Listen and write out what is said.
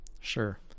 sure